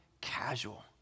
casual